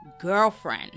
girlfriend